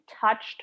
touched